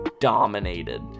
dominated